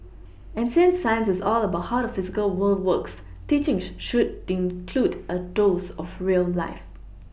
and since science is all about how the physical world works teaching should include a dose of real life